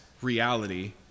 Reality